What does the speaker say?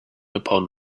upon